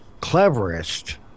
cleverest